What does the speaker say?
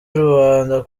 rubanda